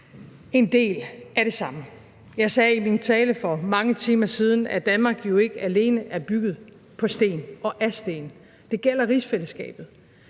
en del af det samme. Jeg sagde i min tale for mange timer siden, at Danmark jo ikke alene er bygget på sten og af sten. Det gælder rigsfællesskabet.